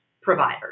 providers